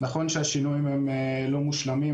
נכון שהשינויים לא מושלמים,